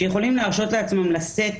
שיכולים להרשות לעצמם לשאת